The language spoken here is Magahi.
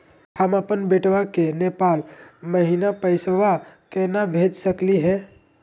हम अपन बेटवा के नेपाल महिना पैसवा केना भेज सकली हे?